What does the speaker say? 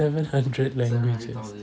seven hundred languages